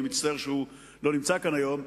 אני מצטער שהוא לא נמצא כאן היום,